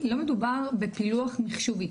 לא מדובר בפילוח מחשובי.